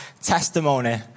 testimony